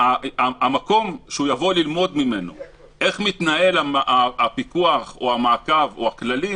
המקום שהוא יבוא ללמוד ממנו איך מתנהל הפיקוח או המעקב או הכללים,